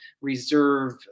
reserve